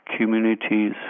communities